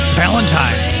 valentine